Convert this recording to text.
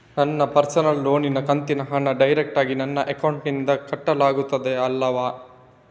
ನನ್ನ ಪರ್ಸನಲ್ ಲೋನಿನ ಕಂತಿನ ಹಣ ಡೈರೆಕ್ಟಾಗಿ ನನ್ನ ಅಕೌಂಟಿನಿಂದ ಕಟ್ಟಾಗುತ್ತದೆ ಅಲ್ಲವೆ?